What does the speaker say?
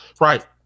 Right